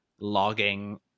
logging